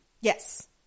Yes